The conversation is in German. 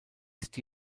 ist